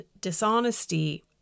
dishonesty